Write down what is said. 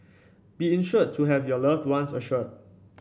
be insured to have your loved ones assured